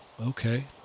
Okay